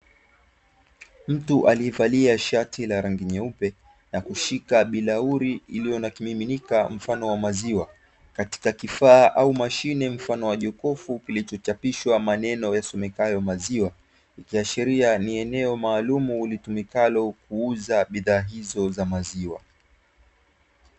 Mtu alievalia shati la rangi nyeupe na kushika bilauri iliyo na kimiminika mfano wa maziwa, katika kifaa au mashine mfano wa jokofu, kilichochapishwa maneno yasimekayo "maziwa", ikiashiria ni eneo maalumu litumikalo kuuza bidhaa hizo za maziwa .